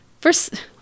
First